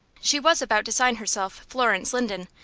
she was about to sign herself florence linden,